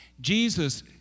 Jesus